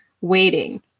waiting